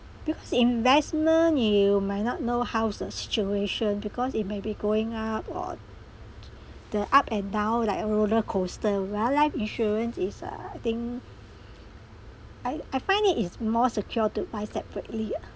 because investment you might not know how's the situation because it may be going up or the up and down like a roller coaster while life insurance is uh I think I I find it is more secure to buy separately ah